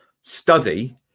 study